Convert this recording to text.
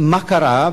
מה קרה?